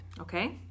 Okay